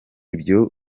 ibyo